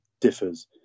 differs